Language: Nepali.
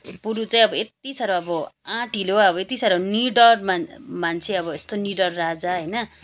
पुरू चाहिँ आब यति साह्रो अब आँटिलो यति साह्रो निडर मान मान्छे अब यस्तो निडर राजा होइन